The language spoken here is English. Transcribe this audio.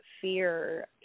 fear